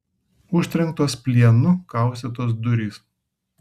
užtrenktos plienu kaustytos durys